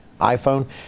iPhone